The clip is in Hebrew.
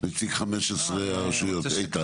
לנציג 15 הרשויות איתן?